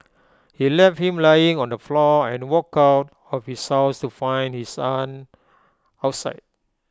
he left him lying on the floor and walked out of his house to find his aunt outside